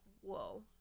whoa